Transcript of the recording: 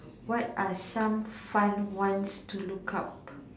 what are some fun ones to look up